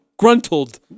gruntled